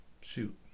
Shoot